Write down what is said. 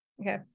Okay